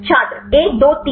छात्र 1 2 3